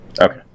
Okay